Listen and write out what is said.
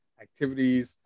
activities